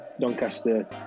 Doncaster